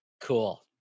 Cool